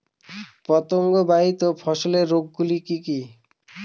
পতঙ্গবাহিত ফসলের রোগ গুলি কি কি?